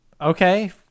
Okay